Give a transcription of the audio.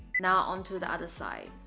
now on to the other side